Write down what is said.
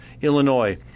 Illinois